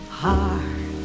heart